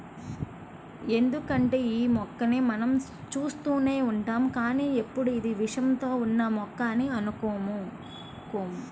ఎందుకంటే యీ మొక్కని మనం చూస్తూనే ఉంటాం కానీ ఎప్పుడూ ఇది విషంతో ఉన్న మొక్క అని అనుకోము